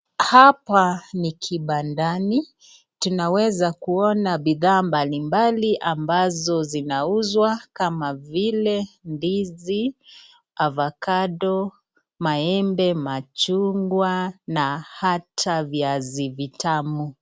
Mwanamke amebeba mtoto amesimama chini ya mti mrefu. Amevaa koti nyekundu na nguo nyeupe. Mtoto analia na mwanamke anajaribu kumtuliza. Gari nyeusi imepita mbele yao. Watu wengine wamesimama nyuma ya mti wakiongea. Jua linawaka juu angani. Kijani cha majani ya mti kinaonekana vizuri.